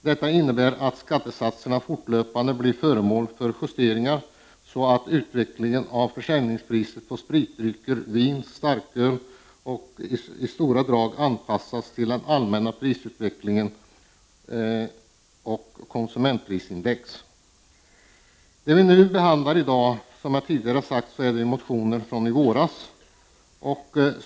Detta innebär att skattesatserna fortlöpande blir föremål för justering, så att utvecklingen av försäljningspriset på spritdrycker, vin och starköl i stora drag anpassas till den allmänna prisutvecklingen och konsumentprisindex. Det vi behandlar i dag är motioner från i våras, som jag tidigare har sagt.